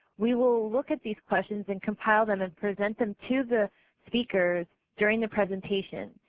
we will look at these questions and compile them and present them to the speakers during the presentation.